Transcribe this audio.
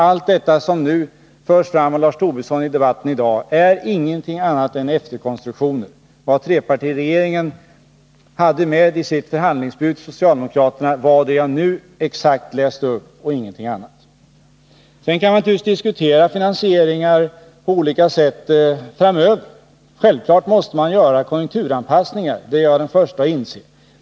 Allt det som förs fram av Lars Tobisson i debatten i dag är efterhandskonstruktioner. Vad trepartiregeringen hade med i sitt förhandlingsbud till socialdemokraterna var exakt det jag nu läste upp och ingenting annat. Sedan kan man naturligtvis diskutera olika finansieringar framöver. Självfallet måste man göra konjunkturanpassningar — det är jag den förste att inse.